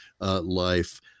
life